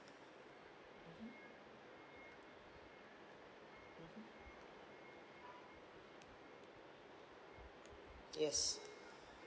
yes